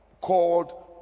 called